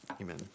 Amen